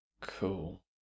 cool